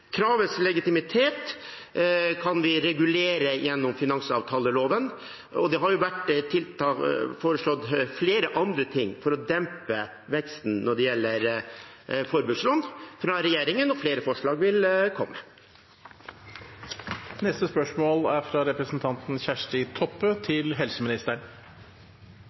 Kravets legitimitet kan vi regulere gjennom finansavtaleloven, og det har jo fra regjeringen vært foreslått flere andre ting for å dempe veksten i forbrukslån, og flere forslag vil komme.